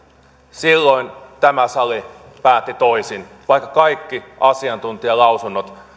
silloin tämä sali päätti toisin vaikka kaikki asiantuntijalausunnot